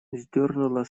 сдернула